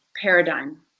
paradigm